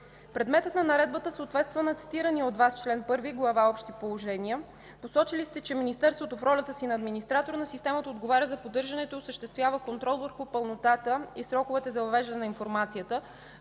Предметът на Наредбата съответства на цитирания от Вас чл. 1, Глава „Общи положения”. Посочили сте, че Министерството в ролята си на администратор на системата отговаря за поддържането и осъществява контрол върху пълнотата и сроковете за въвеждане на информацията.